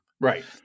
Right